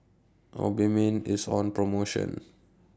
Obimin IS on promotion